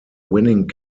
winning